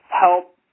help